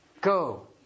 Go